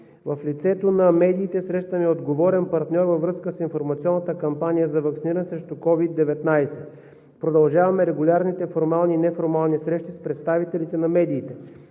В лицето на медиите срещаме отговорен партньор във връзка с информационната кампания за ваксиниране срещу COVID-19. Продължаваме регулярните формални и неформални срещи с представителите на медиите.